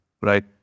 right